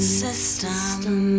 system